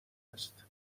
است